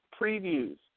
previews